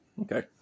okay